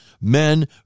men